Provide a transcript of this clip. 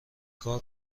کار